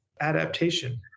adaptation